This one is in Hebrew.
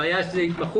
הבעיה היא התמחות.